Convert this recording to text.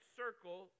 circle